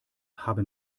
haben